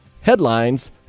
headlines